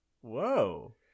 Whoa